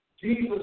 Jesus